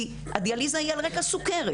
כי הדיאליזה היא על רקע סוכרת.